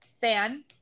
fan